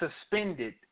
suspended